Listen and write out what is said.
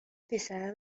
پسره